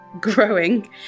Growing